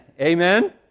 Amen